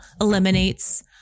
eliminates